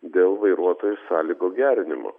dėl vairuotojų sąlygų gerinimo